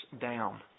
down